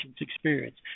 experience